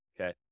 Okay